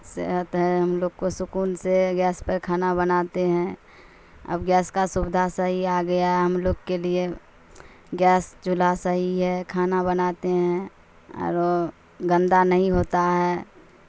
صحت ہے ہم لوگ کو سکون سے گیس پر کھانا بناتے ہیں اب گیس کا سویدھا صحیح آ گیا ہم لوگ کے لیے گیس چولہا صحیح ہے کھانا بناتے ہیں اور وہ گندا نہیں ہوتا ہے